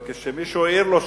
כשמישהו העיר לו שם: